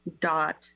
dot